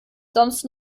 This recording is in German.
sonst